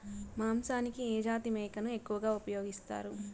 మాంసానికి ఏ జాతి మేకను ఎక్కువగా ఉపయోగిస్తారు?